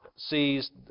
sees